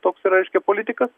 toks reiškia politikas